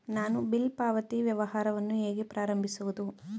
ನಾನು ಬಿಲ್ ಪಾವತಿ ವ್ಯವಹಾರವನ್ನು ಹೇಗೆ ಪ್ರಾರಂಭಿಸುವುದು?